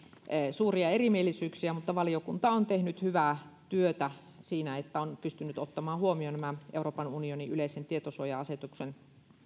suuria erimielisyyksiä mutta valiokunta on tehnyt hyvää työtä siinä että se on pystynyt ottamaan huomioon nämä euroopan unionin yleisen tietosuoja asetuksen